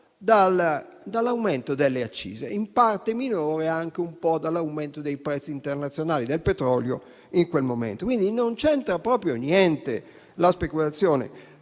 dall'aumento delle accise, in parte minore anche un po' dall'aumento dei prezzi internazionali del petrolio in quel momento. Quindi, non c'entra proprio niente la speculazione.